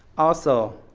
also,